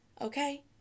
okay